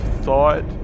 thought